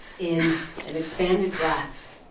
in an expanded breath,